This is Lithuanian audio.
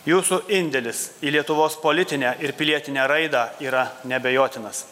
jūsų indėlis į lietuvos politinę ir pilietinę raidą yra neabejotinas